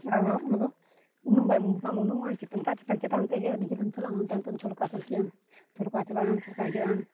ᱟᱫᱚ ᱚᱱᱟ ᱫᱚ ᱩᱱᱟᱹᱜ ᱵᱟᱢ ᱩᱱᱩᱢᱚᱜᱼᱟ ᱪᱮᱛᱟᱱ ᱫᱟᱜ ᱪᱮᱛᱟᱱ ᱪᱮᱛᱟᱱ ᱛᱮᱜᱮ ᱟᱹᱰᱤ ᱡᱷᱟᱹᱞᱮᱢ ᱪᱟᱞᱟᱜᱼᱟ ᱦᱟᱱᱛᱮ ᱱᱟᱛᱮᱢ ᱪᱷᱚᱞᱠᱟ ᱪᱷᱚᱞᱠᱤᱜᱼᱟᱢ ᱪᱷᱚᱞᱠᱟᱣ ᱪᱟᱞᱟᱜᱼᱟᱢ ᱪᱷᱚᱞᱠᱟᱣ ᱦᱤᱡᱩᱜᱼᱟᱢ